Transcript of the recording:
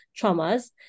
traumas